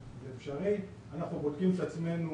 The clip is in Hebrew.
אנחנו בודקים את עצמנו